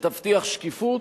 שתבטיח שקיפות,